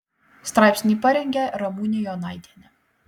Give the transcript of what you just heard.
straipsnį parengė ramūnė jonaitienė